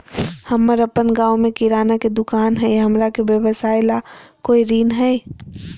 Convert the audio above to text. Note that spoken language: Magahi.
हमर अपन गांव में किराना के दुकान हई, हमरा के व्यवसाय ला कोई ऋण हई?